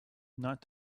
not